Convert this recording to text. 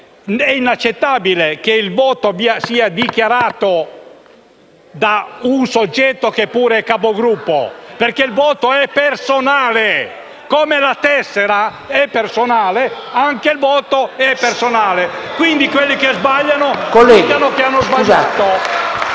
è inaccettabile che il voto sia dichiarato da un soggetto, che è pure Capogruppo, perché il voto è personale. Come la tessera è personale, anche il voto è personale. Quelli che sbagliano dicano che hanno sbagliato.